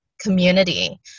community